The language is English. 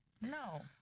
No